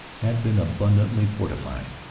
had been abundantly forti fied.